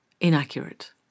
inaccurate